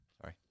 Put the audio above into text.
sorry